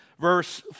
verse